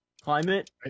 Climate